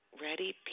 ready